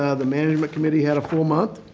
ah the management committee had a full month.